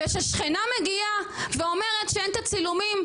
וכששכנה מגיעה ואומרת שאין את הצילומים,